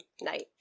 night